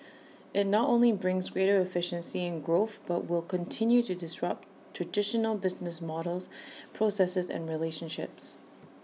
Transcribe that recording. IT not only brings greater efficiency and growth but will continue to disrupt traditional business models processes and relationships